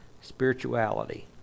spirituality